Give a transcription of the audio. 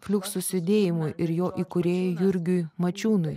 fliuksus judėjimui ir jo įkūrėjui jurgiui mačiūnui